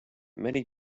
many